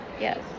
yes